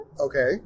Okay